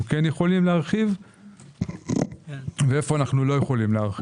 כן יכולים להרחיב והיכן אנו לא יכולים.